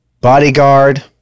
bodyguard